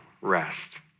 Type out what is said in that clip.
rest